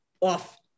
off